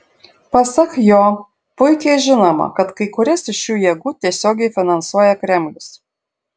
pasak jo puikiai žinoma kad kai kurias iš šių jėgų tiesiogiai finansuoja kremlius